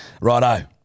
Righto